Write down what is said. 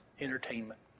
entertainment